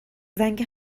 زنگ